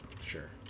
Sure